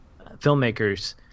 filmmakers